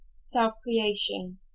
self-creation